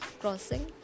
Crossing